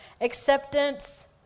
acceptance